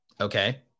okay